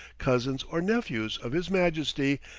cousins, or nephews of his majesty,